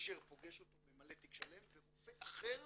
אשר פוגש אותו, ממלא תיק שלם, ורופא אחר